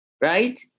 right